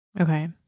Okay